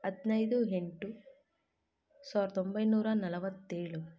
ಹದಿನೈದು ಎಂಟು ಸಾವಿರದ ಒಂಬೈನೂರ ನಲ್ವತ್ತೇಳು